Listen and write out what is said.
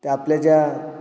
त्या आपल्या ज्या